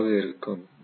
F ஆக இருக்கும்